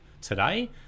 today